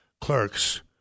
clerks